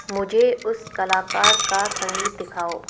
मुझे उस कलाकार का संगीत दिखाओ